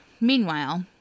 Meanwhile